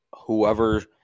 whoever –